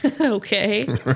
Okay